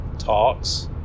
talks